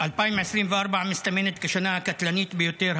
2024 מסתמנת כשנה הקטלנית ביותר,